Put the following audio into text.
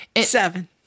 seven